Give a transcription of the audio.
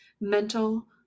mental